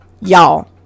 Y'all